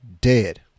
dead